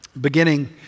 beginning